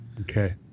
Okay